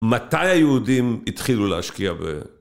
מתי היהודים התחילו להשקיע ב...